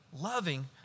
loving